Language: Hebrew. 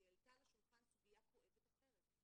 היא העלתה לשולחן סוגיה כואבת אחרת.